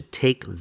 take